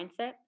mindset